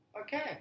okay